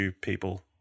people